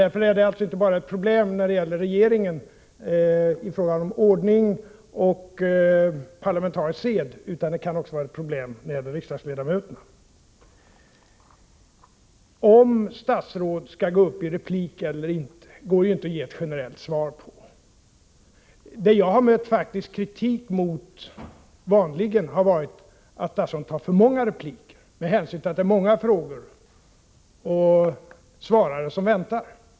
Detta är alltså inte bara en fråga om ordning och parlamentarisk sed inom regeringen, utan det kan också vara ett problem när det gäller riksdagsledamöterna. Om statsråd skall gå upp i replik eller inte går det inte att svara generellt på. Det jag vanligen har mött kritik för har faktiskt varit att statsråden tar för många repliker, med hänsyn till att det är många frågare och många svarare som väntar.